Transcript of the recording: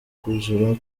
kuzura